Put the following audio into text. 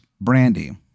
Brandy